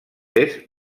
est